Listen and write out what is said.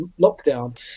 lockdown